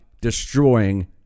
destroying